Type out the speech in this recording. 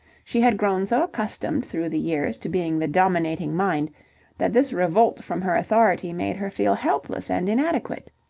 she had grown so accustomed through the years to being the dominating mind that this revolt from her authority made her feel helpless and inadequate.